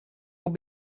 will